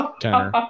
tenor